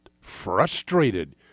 frustrated